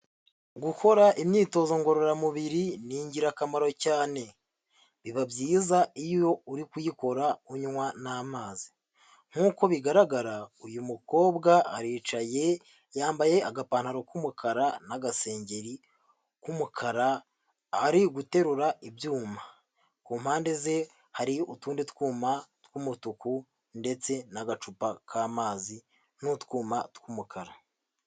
Gukora imyitozo ngororamubiri ni ingirakamaro cyane, biba byiza iyo uri kuyikora unywa n'amazi nk'uko bigaragara uyu mukobwa aricaye yambaye agapantaro k'umukara n'agasengeri k'umukara, ari guterura ibyuma, ku mpande ze hari utundi twuma tw'umutuku ndetse n'agacupa k'amazi n'utwuma tw'umukara.